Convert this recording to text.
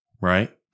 right